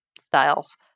styles